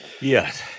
Yes